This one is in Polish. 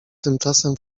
tymczasem